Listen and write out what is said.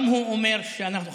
גם הוא אומר שאנחנו חברים,